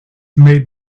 made